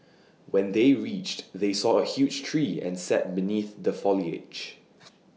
when they reached they saw A huge tree and sat beneath the foliage